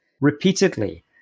repeatedly